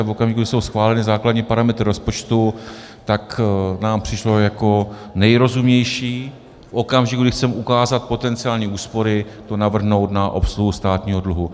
V okamžiku, kdy jsou schváleny základní parametry rozpočtu, tak nám přišlo jako nejrozumnější v okamžiku, kdy chceme ukázat potenciální úspory, to navrhnout na obsluhu státního dluhu.